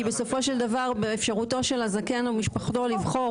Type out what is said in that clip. כי בסופו של דבר באפשרותו של הזקן ומשפחתו לבחור.